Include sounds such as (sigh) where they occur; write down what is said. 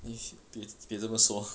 也许别别这么说 (laughs)